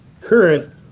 current